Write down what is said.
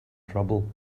trouble